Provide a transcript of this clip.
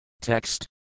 Text